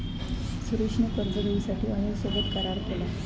सुरेश ने कर्ज घेऊसाठी अनिल सोबत करार केलान